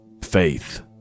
faith